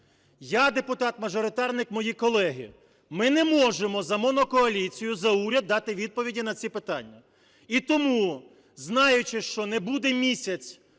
Я депутат мажоритарник, мої колеги, ми не можемо за монокоаліцію, за уряд дати відповіді на ці питання. І тому знаючи, що не буде місяць